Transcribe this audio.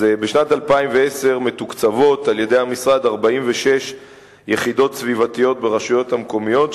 בשנת 2010 מתוקצבות על-ידי המשרד 46 יחידות סביבתיות ברשויות המקומיות,